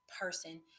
person